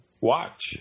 watch